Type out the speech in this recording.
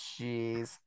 jeez